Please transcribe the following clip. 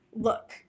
Look